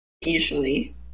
usually